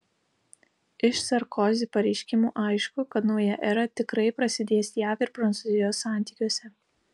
iš sarkozi pareiškimų aišku kad nauja era tikrai prasidės jav ir prancūzijos santykiuose